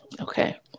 Okay